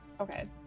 Okay